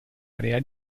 area